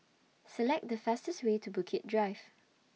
Select The fastest Way to Bukit Drive